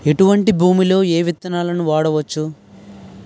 ఎటువంటి భూమిలో ఏ విత్తనాలు వాడవచ్చు?